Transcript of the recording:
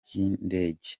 by’indege